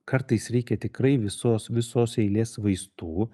kartais reikia tikrai visos visos eilės vaistų